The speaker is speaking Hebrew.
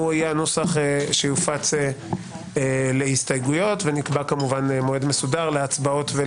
הוא יהיה הנוסח שיופץ להסתייגויות ונקבע כמובן מועד מסודר להצבעות,